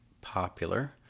popular